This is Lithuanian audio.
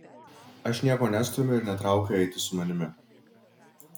aš nieko nestumiu ir netraukiu eiti su manimi